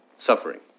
suffering